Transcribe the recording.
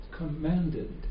commanded